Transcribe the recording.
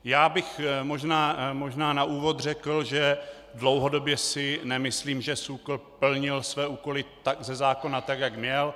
Já bych možná na úvod řekl, že dlouhodobě si nemyslím, že SÚKL plnil své úkoly ze zákona tak, jak měl.